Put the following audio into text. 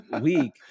week